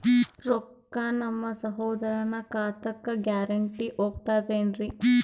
ರೊಕ್ಕ ನಮ್ಮಸಹೋದರನ ಖಾತಕ್ಕ ಗ್ಯಾರಂಟಿ ಹೊಗುತೇನ್ರಿ?